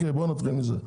בואי נתחיל מזה,